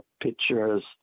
pictures